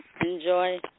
Enjoy